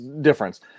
Difference